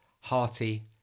hearty